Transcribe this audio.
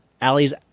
Allie's